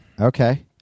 Okay